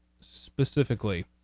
specifically